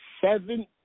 seven